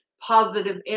positive